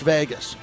Vegas